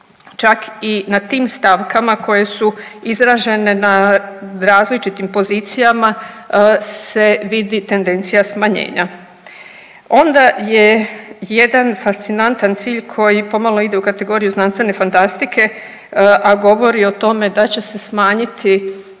čak i na tim stavkama koje su izražene na različitim pozicijama se vidi tendencija smanjenja. Onda je jedan fascinantan cilj koji pomalo ide u kategoriju znanstvene fantastike, a govori o tome da će se smanjiti